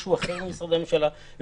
משהו אחר ממשרדי הממשלה.